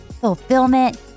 fulfillment